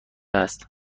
است